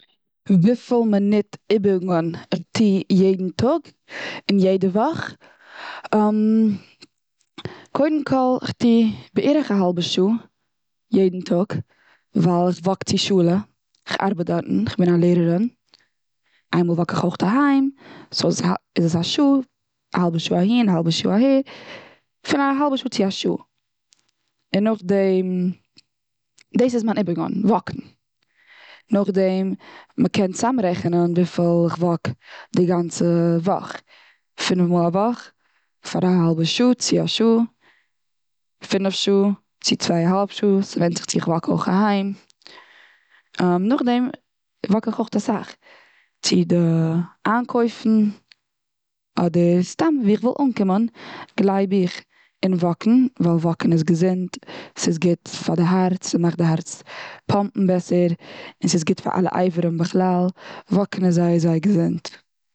וויפיל מינוט איבונגען טו איך יעדן טאג? און יעדע וואך? hesitation>קודם כל איך טוה בערך א האלבע שעה יעדן טאג, ווייל איך וואק צו שולע, כ'ארבעט דארטן, כ'בין א לערערין. איינמאל וואק איך אויך אהיים, סאו, ס- איז עס א שעה, א האלבע שעה אהין, א האלבע שעה אהער. פון א האלבע שעה צו א שעה. און נאך דעם, דאס איז מיין איבונגען וואקן. נאך דעם, מ'קען צוזאם רעכענען וויפיל איך וואק די גאנצע וואך. פינעף מאל א וואך פאר א האלבע שעה, צו א שעה. פינעף שעה צו צוויי א האלב שעה. ס'ווענדט זיך אויך צו איך וואק אויך אהיים. נאך דעם וואק אויך אסאך. צו די איינקויפן, אדער סתם ווי איך וויל אנקומען גלייב איך און וואקן. ווייל וואקן איז געזונט, ס'איז גוט פאר די הארץ, ס'מאכט די הארץ פאמפען בעסער, און ס'איז גוט פאר אלע אברים בכלל. וואקן איז זייער, זייער געזונט.